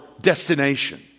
destination